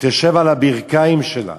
תשב על הברכיים שלה